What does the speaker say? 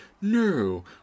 No